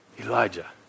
Elijah